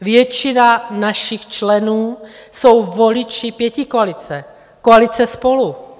Většina našich členů jsou voliči pětikoalice, koalice SPOLU.